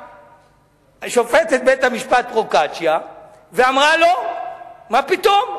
שופטת בית-המשפט פרוקצ'יה ואמרה: לא, מה פתאום.